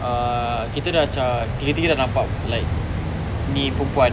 uh kita dah macam tiga-tiga dah nampak like ni perempuan